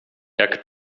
jak